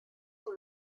sous